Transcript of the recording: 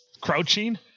crouching